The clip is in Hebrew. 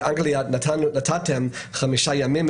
באנגלייה נתתם חמישה ימים,